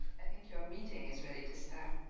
i think your meeting is ready to start.